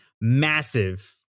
massive